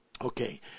okay